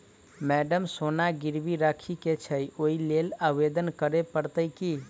Madam सोना गिरबी राखि केँ छैय ओई लेल आवेदन करै परतै की?